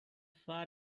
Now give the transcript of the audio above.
far